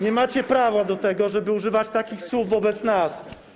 Nie macie prawa do tego, żeby używać takich słów wobec nas.